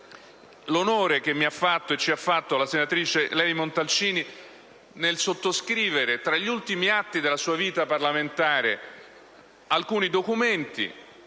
l'onore che mi ha fatto e ci ha fatto la senatrice Levi-Montalcini nel sottoscrivere, tra gli ultimi atti della sua vita parlamentare, alcuni documenti